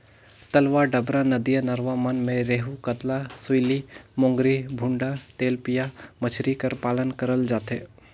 तलवा डबरा, नदिया नरूवा मन में रेहू, कतला, सूइली, मोंगरी, भुंडा, तेलपिया मछरी कर पालन करल जाथे